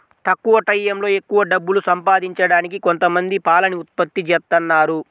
తక్కువ టైయ్యంలో ఎక్కవ డబ్బులు సంపాదించడానికి కొంతమంది పాలని ఉత్పత్తి జేత్తన్నారు